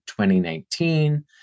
2019